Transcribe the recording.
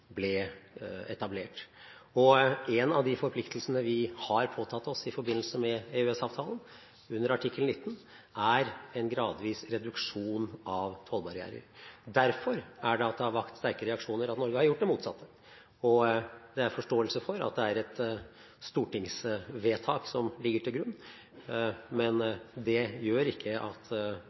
ble etablert. Og en av de forpliktelsene vi har påtatt oss i forbindelse med EØS-avtalen, under artikkel 19, er en gradvis reduksjon av tollbarrierer. Det er derfor det har vakt sterke reaksjoner at Norge har gjort det motsatte. Det er forståelse for at det er et stortingsvedtak som ligger til grunn, men det gjør ikke at